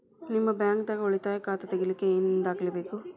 ನಿಮ್ಮ ಬ್ಯಾಂಕ್ ದಾಗ್ ಉಳಿತಾಯ ಖಾತಾ ತೆಗಿಲಿಕ್ಕೆ ಏನ್ ದಾಖಲೆ ಬೇಕು?